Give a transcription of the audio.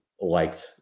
liked